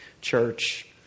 church